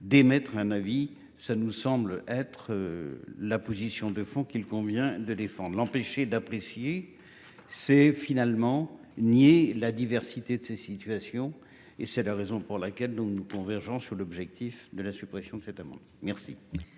d'émettre un avis. Ça nous semble être. La position de fond qu'il convient de défendre l'empêcher d'apprécier. C'est finalement nier la diversité de ces situations et c'est la raison pour laquelle nous convergents sur l'objectif de la suppression de cet amendement. Merci.